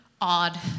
odd